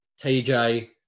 TJ